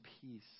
peace